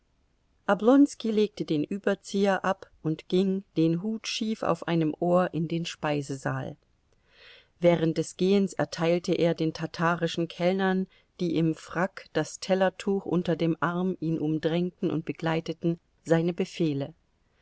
legte den überzieher ab und ging den hut schief auf einem ohr in den speisesaal während des gehens erteilte er den tatarischen kellnern die im frack das tellertuch unter dem arm ihn umdrängten und begleiteten seine befehle